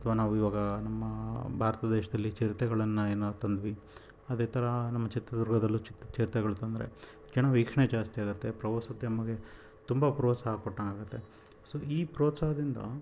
ಅಥವಾ ನಾವಿವಾಗ ನಮ್ಮ ಭಾರತ ದೇಶದಲ್ಲಿ ಚಿರತೆಗಳನ್ನು ಏನೋ ತಂದ್ವಿ ಅದೇ ಥರ ನಮ್ಮ ಚಿತ್ರದುರ್ಗದಲ್ಲೂ ಚಿತೆ ಚಿರತೆಗಳು ತಂದರೆ ಜನ ವೀಕ್ಷಣೆ ಜಾಸ್ತಿಯಾಗುತ್ತೆ ಪ್ರವಾಸೋದ್ಯಮಕ್ಕೆ ತುಂಬ ಪ್ರೋತ್ಸಾಹ ಕೊಟ್ಟಂತಾಗುತ್ತೆ ಸೊ ಈ ಪ್ರೋತ್ಸಾಹದಿಂದ